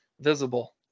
visible